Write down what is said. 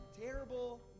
terrible